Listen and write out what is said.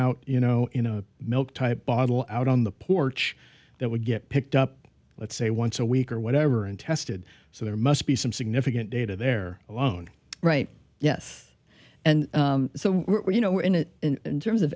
out you know in a milk type bottle out on the porch that would get picked up let's say once a week or whatever and tested so there must be some significant data there own right yes and so we're you know we're in it in terms of